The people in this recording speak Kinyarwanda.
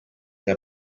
nka